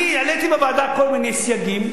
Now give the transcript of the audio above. אני העליתי בוועדה כל מיני סייגים.